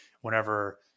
whenever